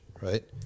right